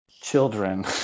children